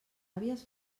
àvies